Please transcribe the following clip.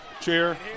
Chair